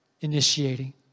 initiating